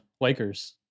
Lakers